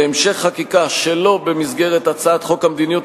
להמשך חקיקה שלא במסגרת הצעת חוק המדיניות